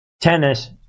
tennis